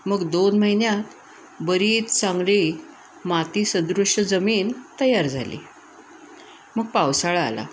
मग दोन महिन्यात बरीच चांगली माती सदृश जमीन तयार झाली मग पावसाळा आला